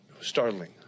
startling